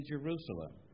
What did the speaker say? Jerusalem